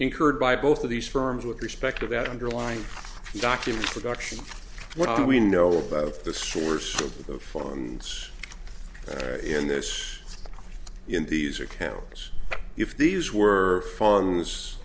incurred by both of these firms with respect to that underlying document production what do we know about the source of the funds in this in these accounts if these were funds